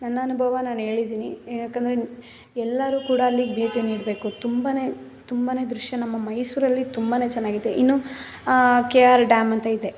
ನನ್ನ ಅನುಭವ ನಾನು ಹೇಳಿದಿನಿ ಏಕಂದ್ರೆ ಎಲ್ಲರೂ ಕೂಡ ಅಲ್ಲಿಗೆ ಭೇಟಿ ನೀಡಬೇಕು ತುಂಬ ತುಂಬ ದೃಶ್ಯ ನಮ್ಮ ಮೈಸೂರಲ್ಲಿ ತುಂಬ ಚೆನ್ನಾಗೈತೆ ಇನ್ನೂ ಕೆ ಆರ್ ಡ್ಯಾಮ್ ಅಂತ ಇದೆ